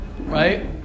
right